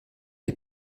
les